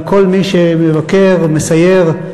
אבל כל מי שמבקר, מסייר,